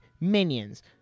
Minions